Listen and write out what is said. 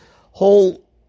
whole